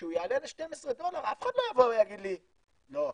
כשהוא יעלה ל-12 דולר אף אחד לא יגיד לי: לא,